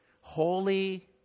Holy